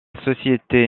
société